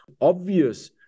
Obvious